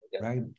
right